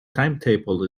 timetable